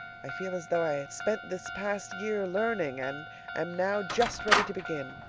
i feel as though i had spent this past year learning, and am now just ready to begin.